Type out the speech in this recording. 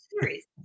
Series